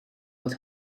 oedd